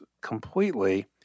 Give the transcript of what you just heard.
completely